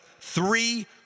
three